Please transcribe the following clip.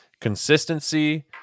consistency